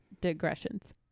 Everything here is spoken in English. digressions